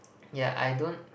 yeah I don't